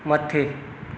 मथे